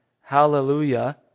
hallelujah